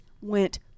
went